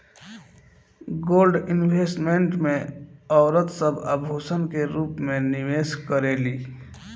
gold investment में औरत सब आभूषण के रूप में निवेश करेली